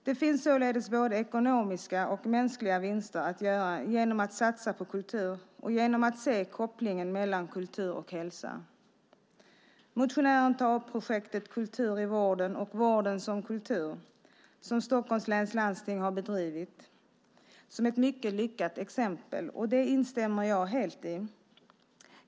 Det finns således både ekonomiska och mänskliga vinster att göra genom att satsa på kultur och genom att se kopplingen mellan kultur och hälsa. Motionären tar upp projektet Kultur i vården och vården som kultur som Stockholms läns landsting har bedrivit som ett mycket lyckat exempel. Det instämmer jag helt i.